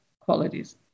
qualities